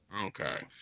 Okay